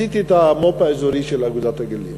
עשיתי את המו"פ האזורי "אגודת הגליל",